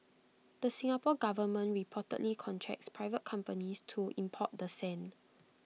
the Singapore Government reportedly contracts private companies to import the sand